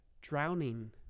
Drowning